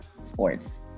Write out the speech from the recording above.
sports